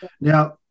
Now